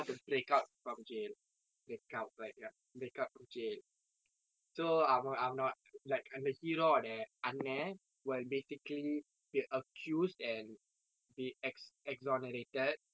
break out from jail break out ya break out from jail so I'm not அவன் அவனும்:avan avanum like அந்த:antha hero வோட அண்ணா:voda annaa will basically get accused and be ex~ exonerated